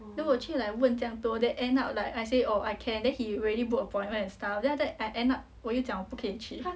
then 我去 like 问这样多 that end up like I say or I can then he really book appointment and stuff then after I end up 我又讲我不可以去